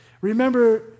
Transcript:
Remember